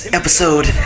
episode